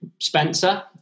Spencer